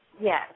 Yes